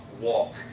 walk